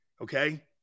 Okay